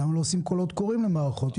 למה לא עושים קולות קוראים למערכות?